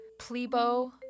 Plebo